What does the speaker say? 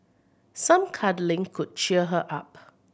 some cuddling could cheer her up